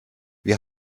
wir